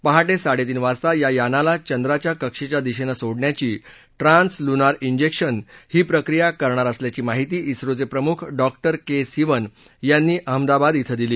पहा आसाडेतीन वाजता या यानाला चंद्राच्या कक्षेच्या दिशेनं सोडण्याची ट्रान्स लुनार इंजेक्शन ही प्रक्रिया करणार असल्याची माहिती इस्रोये प्रमुख डॉक्टर के सिवन यांनी अहमदाबाद इथं दिली